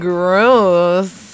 Gross